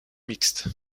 mixte